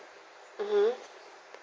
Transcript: mmhmm